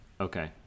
Okay